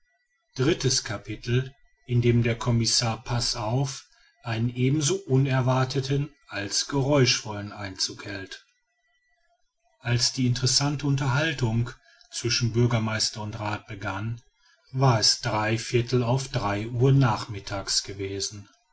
drittes capitel in dem der commissar passauf einen ebenso unerwarteten als geräuschvollen einzug hält als die interessante unterhaltung zwischen bürgermeister und rath begann war es drei viertel auf drei uhr nachmittags gewesen